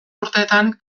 urteetan